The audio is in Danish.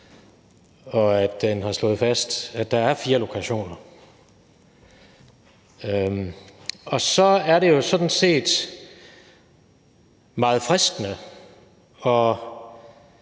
og at den har slået fast, at der er fire lokationer. Og så er det jo sådan set meget fristende at